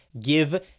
Give